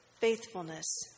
faithfulness